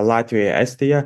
latvija estija